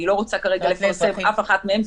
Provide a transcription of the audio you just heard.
אני לא רוצה כרגע לפרסם אף אחת מהן,